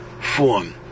form